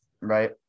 right